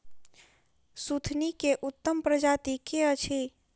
सुथनी केँ उत्तम प्रजाति केँ अछि?